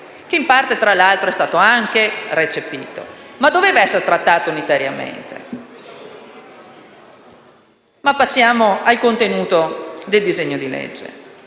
che in parte, tra l'altro, è stato anche recepito, ma la materia doveva essere trattata unitariamente. Ma passiamo al contenuto del disegno di legge.